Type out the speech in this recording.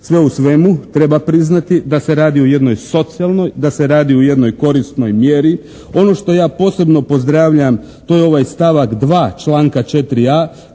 Sve u svemu treba priznati da se radi o jednoj socijalnoj, da se radi o jednoj korisnoj mjeri. Ono što ja posebno pozdravljam to je ovaj stavak 2. članka 4.a